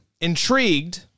Intrigued